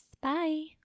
bye